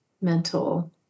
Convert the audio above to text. mental